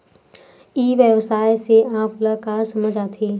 ई व्यवसाय से आप ल का समझ आथे?